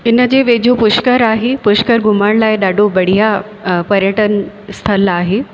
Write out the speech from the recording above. इन जे वेझो पुष्कर आहे पुष्कर घुमण लाइ ॾाढो बढ़िया पर्यटन स्थल आहे